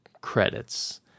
credits